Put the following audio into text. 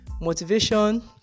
motivation